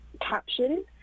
caption